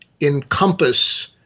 encompass